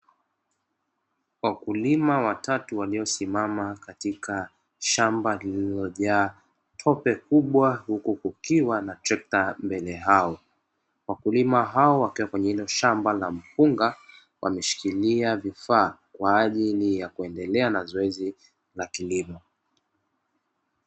Wakulima watatu waliosimama katika shamba lililojaa tope kubwa, huku kukiwa na trekta mbele yao. Wakulima hao wakiwa katika shamba hilo la mpunga, wameshikilia vifaa kwa ajili kuendelea na zoezi la kilimo.